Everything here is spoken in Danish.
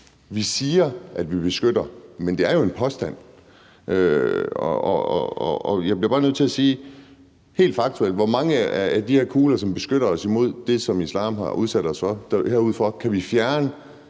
Vi siger, at vi beskytter nogen, men det er jo en påstand. Jeg bliver bare nødt til at spørge: Hvor mange af de her kugler her udenfor på Slotspladsen, som beskytter os imod det, som islam har udsat os for, kan vi helt